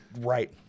right